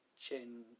Chin